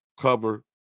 cover